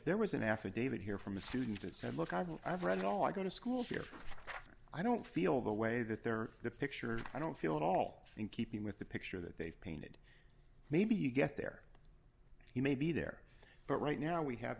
there was an affidavit here from the student that said look i've been i've read it all i'm going to school here i don't feel the way that there are the pictures i don't feel at all in keeping with the picture that they've painted maybe you get there you may be there but right now we have